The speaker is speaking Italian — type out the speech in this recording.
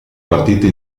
partite